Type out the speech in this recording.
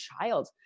child